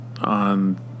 on